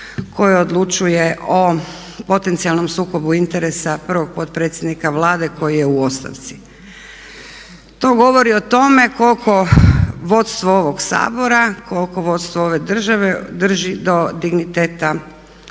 koje odlučuje o potencijalnom sukobu interesa prvog potpredsjednika Vlade koji je u ostavci. To govori o tome koliko vodstvo ovog Sabora, koliko vodstvo ove države drži do digniteta